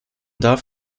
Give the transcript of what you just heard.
darf